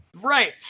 right